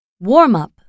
Warm-up